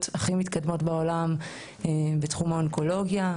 המתקדמות ביותר בעולם בתחום האונקולוגיה.